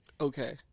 Okay